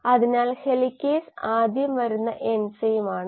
ഇതാണ് ഇപ്പോൾ നമ്മുടെ സിസ്റ്റം അത് സിസ്റ്റത്തിൽ നിന്ന് പുറത്തുകടക്കുകയാണ്